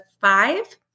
five